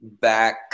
Back